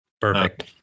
Perfect